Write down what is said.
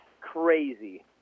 crazy